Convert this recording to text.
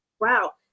wow